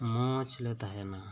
ᱢᱚᱸᱡᱽ ᱞᱮ ᱛᱟᱦᱮᱱᱟ